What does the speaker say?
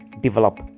develop